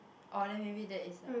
orh then maybe that is a